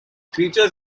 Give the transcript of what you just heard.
creatures